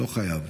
לא חייבים.